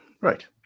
right